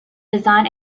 design